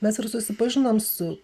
mes ir susipažinom su